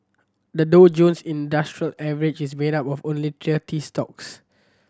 the Dow Jones Industrial Average is made up of only thirty stocks